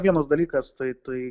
vienas dalykas taip tai